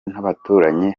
n’abaturanyi